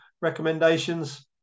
recommendations